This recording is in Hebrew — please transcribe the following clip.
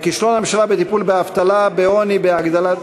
כישלון הממשלה בטיפול באבטלה, בעוני ובהגדלת,